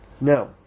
Now